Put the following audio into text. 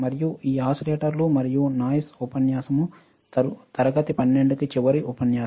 మరియు ఈ ఓసిలేటర్లు మరియు నాయిస్ఉపన్యాసం తరగతి 12 కి చివరి ఉపన్యాసం